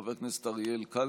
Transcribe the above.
מאת חבר הכנסת אריאל קלנר,